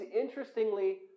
interestingly